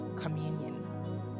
Communion